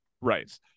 right